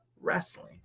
wrestling